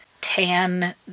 tan